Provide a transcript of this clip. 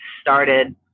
started